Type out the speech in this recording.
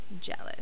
Jealous